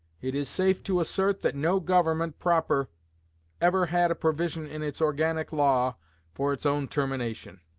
it is safe to assert that no government proper ever had a provision in its organic law for its own termination.